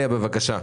בבקשה.